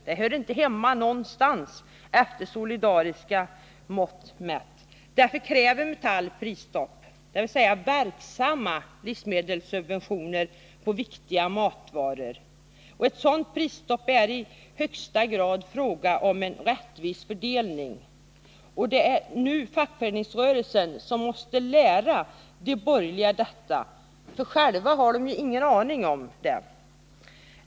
De hör inte hemma någonstans, efter solidariska mått mätt. Därför kräver Metall prisstopp, dvs. verksamma livsmedelssubventioner på viktiga matvaror, Ett sådant prisstopp är i högsta grad en fråga om rättvis fördelning. Och det är nu fackföreningsrörelsen som måste lära de borgerliga detta, för själva har de ingen aning om det.